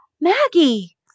Maggie